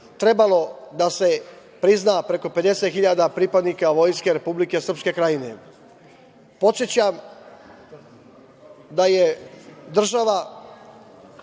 trebalo da se prizna preko 50.000 pripadnika Vojske Republike Srpske